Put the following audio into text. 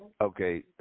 Okay